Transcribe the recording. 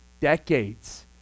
decades